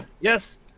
Yes